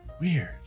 Weird